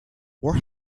where